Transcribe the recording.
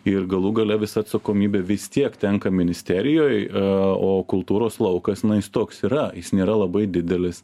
ir galų gale visa atsakomybė vis tiek tenka ministerijai o kultūros laukas na jis toks yra jis nėra labai didelis